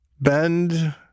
Bend